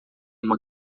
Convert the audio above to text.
uma